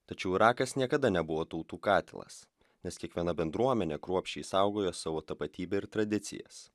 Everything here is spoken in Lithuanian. tačiau irakas niekada nebuvo tautų katilas nes kiekviena bendruomenė kruopščiai saugojo savo tapatybę ir tradicijas